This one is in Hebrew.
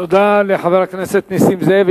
תודה לחבר הכנסת נסים זאב.